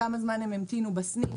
כמה זמן הם המתינו בסניף,